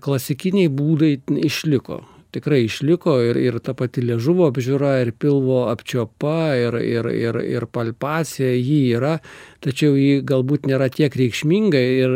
klasikiniai būdai išliko tikrai išliko ir ir ta pati liežuvio apžiūra ir pilvo apčiuopa ir ir ir ir palpacija ji yra tačiau ji galbūt nėra tiek reikšminga ir